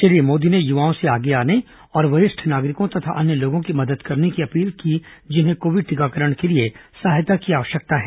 श्री मोदी ने युवाओं से आगे आने और वरिष्ठ नागरिकों तथा अन्य लोगों की मदद करने की अपील की जिन्हें कोविड टीकाकरण के लिए सहायता की आवश्यकता है